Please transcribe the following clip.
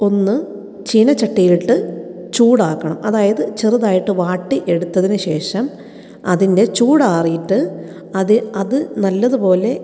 ഒന്ന് ചീനച്ചട്ടിയിൽ ഇട്ട് ചൂടാക്കണം അതായത് ചെറുതായിട്ട് വാട്ടി എടുത്തതിനു ശേഷം അതിൻ്റെ ചൂടാറിയിട്ട് അത് അത് നല്ലതുപോലെ